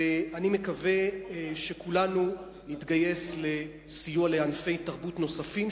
ואני מקווה שכולנו נתגייס לסיוע לענפי תרבות נוספים,